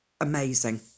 amazing